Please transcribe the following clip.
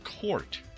Court